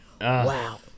wow